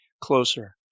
closer